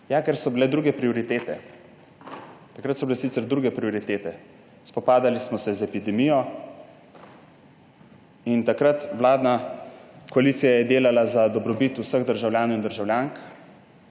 ker so bile druge prioritete. Takrat so bile sicer druge prioritete, spopadali smo se z epidemijo in je takrat vladna koalicija delala za dobrobit vseh državljank in državljanov.